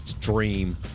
dream